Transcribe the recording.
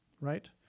right